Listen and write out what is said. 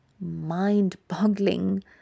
mind-boggling